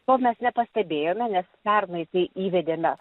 to mes nepastebėjome nes pernai kai įvedėme